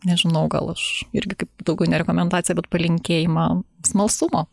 nežinau gal aš irgi kaip daugiau rekomendaciją bet palinkėjimą smalsumo